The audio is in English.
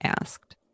asked